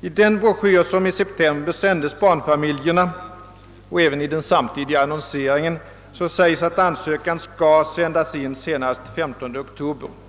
I den broschyr som i september tillställdes barnfamiljerna och i den samtidiga annonseringen sades att ansökan skulle insändas senast den 15 oktober.